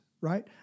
Right